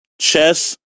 chess